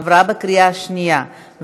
התקבלה בקריאה השנייה.